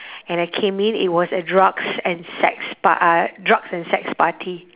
and I came in it was a drugs and sex par~ uh drugs and sex party